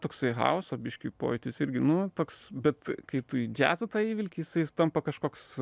toksai hauso biškį pojūtis irgi nu toks bet kai tu į džiazą tą įvelki jisai tampa kažkoks